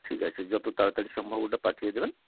ঠিক আছে যত তাড়াতাড়ি সম্ভব ওটা পাঠিয়ে দেবেন